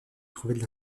trouvait